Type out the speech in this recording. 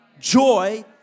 joy